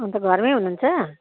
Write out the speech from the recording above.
अन्त घरमै हुनुहुन्छ